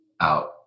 Out